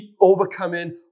overcoming